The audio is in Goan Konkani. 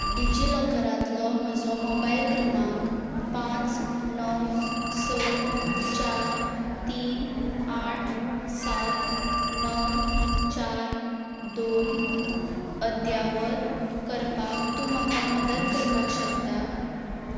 डिजी लॉकरांतलो म्हजो मोबायल क्रमांक पांच णव स चार तीन आठ सात णव चार दोन अद्यावत करपाक तूं म्हाका मदत करपाक शकता